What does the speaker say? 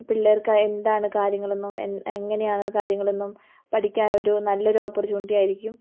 പിള്ളേർക്ക് എന്താണ് കാര്യങ്ങളെന്നും എങ്ങിനെയാണതു കാര്യങ്ങളെന്നും പഠിക്കാനൊരു നല്ലൊരു ഓപ്പർച്യൂണിറ്റി ആയിരിക്കും